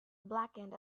blackened